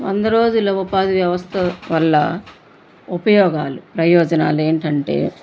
వంద రోజుల ఉపాధి వ్యవస్థ వల్ల ఉపయోగాలు ప్రయోజనాలు ఏంటంటే